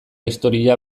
historia